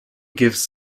gives